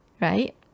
right